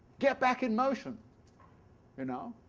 get back in motion you know.